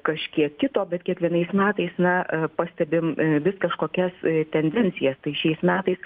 kažkiek kito bet kiekvienais metais na pastebim vis kažkokias tendencijas tai šiais metais